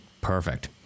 perfect